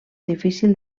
difícil